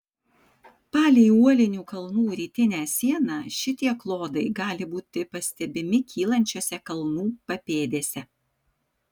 palei uolinių kalnų rytinę sieną šitie klodai gali būti pastebimi kylančiose kalnų papėdėse